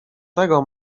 tego